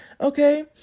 Okay